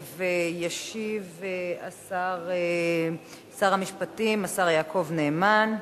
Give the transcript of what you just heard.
ישיב שר המשפטים, השר יעקב נאמן.